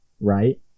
right